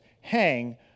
hang